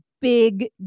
big